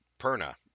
Perna